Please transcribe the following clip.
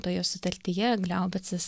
toje sutartyje gliaubicas